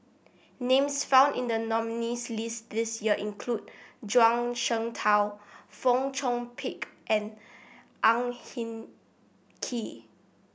names found in the nominees' list this year include Zhuang Shengtao Fong Chong Pik and Ang Hin Kee